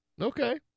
Okay